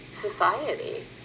society